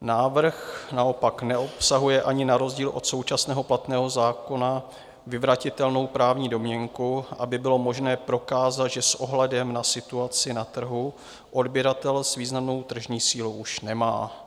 Návrh naopak neobsahuje ani na rozdíl současného platného zákona vyvratitelnou právní domněnku, aby bylo možné prokázat, že s ohledem na situaci na trhu odběratel významnou tržní sílu už nemá.